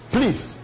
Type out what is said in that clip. Please